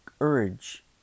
urge